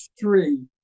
three